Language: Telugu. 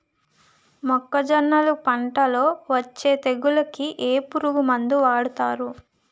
మొక్కజొన్నలు పంట లొ వచ్చే తెగులకి ఏ పురుగు మందు వాడతారు?